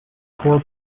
core